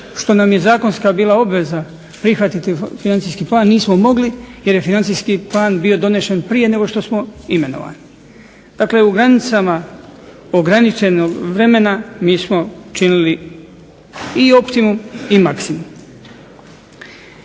što nam je zakonska bila obveza prihvatiti financijski plan nismo mogli jer je financijski plan bio donesen prije nego što smo imenovani. Dakle, u granicama ograničenog vremena mi smo činili i optimum i maksimum.